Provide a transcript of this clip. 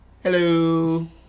Hello